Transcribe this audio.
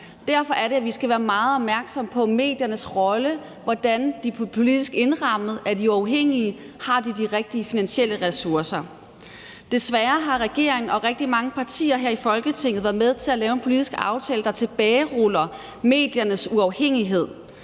Derfor er det, at vi skal være meget opmærksomme på mediernes rolle: Hvordan er de politisk indrammet? Er de uafhængige? Har de de rigtige finansielle ressourcer? Desværre har regeringen og rigtig mange partier her i Folketinget været med til at lave en politisk aftale, der tilbageruller mediernes uafhængighed